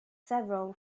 several